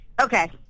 Okay